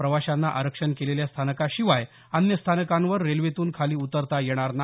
प्रवाशांना आरक्षण केलेल्या स्थानकाशिवाय अन्य स्थानकावर रेल्वेतून खाली उतरता येणार नाही